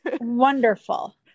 Wonderful